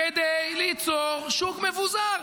כדי ליצור שוק מבוזר.